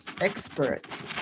experts